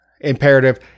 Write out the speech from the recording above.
imperative